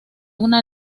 una